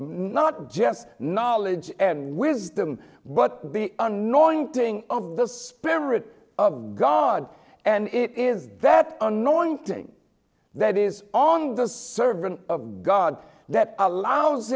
not just knowledge and wisdom but be annoying thing of the spirit of god and it is that annoying thing that is on the servant of god that allows